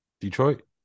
detroit